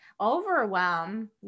overwhelm